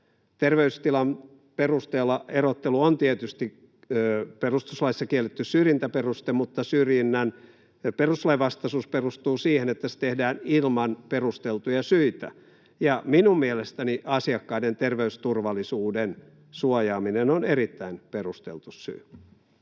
Terveydentilan perusteella erottelu on tietysti perustuslaissa kielletty syrjintäperuste, mutta syrjinnän perustuslain vastaisuus perustuu siihen, että se tehdään ilman perusteltuja syitä. Ja minun mielestäni asiakkaiden terveysturvallisuuden suojaaminen on erittäin perusteltu syy.